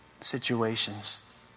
situations